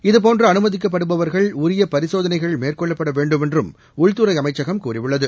இதபோன்று அனுமதிக்கப்படுபவர்கள் உரிய பரிசோதனைகள் மேற்கொள்ளப்பட வேண்டுமென்றும் உள்துறை அமைச்சகம் கூறியுள்ளது